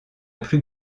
plus